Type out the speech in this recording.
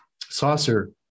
saucer